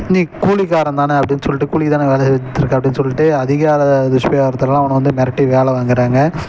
நீ கூலிக்காரந்தான் அப்டினு சொல்லிட்டு கூலிக்குதான வேலைய செஞ்சிடுருக்க அப்டினு சொல்லிட்டு அதிகார துஸ்பிரையாத்தால் அவனை வந்து மிரட்டி வேலை வாங்குகிறாங்க